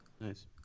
Nice